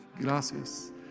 Gracias